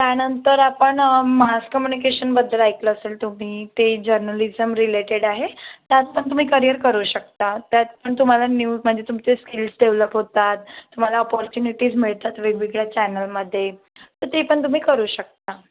त्यानंतर आपण मास कम्युनिकेशनबद्दल ऐकलं असेल तुम्ही ते जर्नलिझम रिलेटेड आहे त्यात पण तुम्ही करिअर करू शकता त्यात पण तुम्हाला न्यूज म्हणजे तुमचे स्किल्स डेव्हलप होतात तुम्हाला अपॉर्च्युनिटीज मिळतात वेगवेगळ्या चॅनलमध्ये तर ते पण तुम्ही करू शकता